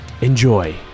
Enjoy